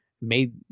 made